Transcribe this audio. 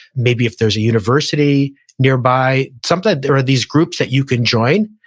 maybe if there's a university nearby, sometimes there are these groups that you can join.